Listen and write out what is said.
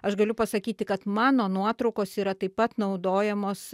aš galiu pasakyti kad mano nuotraukos yra taip pat naudojamos